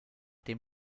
dem